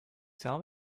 tell